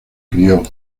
crió